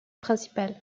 principal